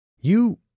You-